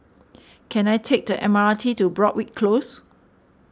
can I take the M R T to Broadrick Close